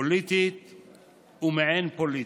פוליטית ומעין-פוליטית,